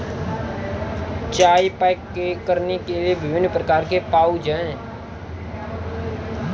चाय पैक करने के लिए विभिन्न प्रकार के पाउच हैं